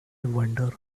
wonder